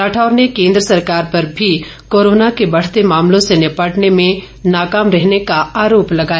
राठौर ने केंद्र सरकार पर भी कोरोना के बढ़ते मामलों से निपटने में नाकाम रहने का आरोप लगाया